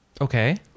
Okay